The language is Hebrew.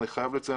אני חייב לציין,